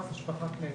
חד משמעית.